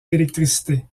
d’électricité